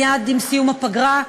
מייד עם סיום הפגרה.